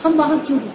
हम वहां क्यों रुके